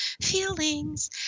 feelings